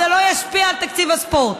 זה לא ישפיע על תקציב הספורט.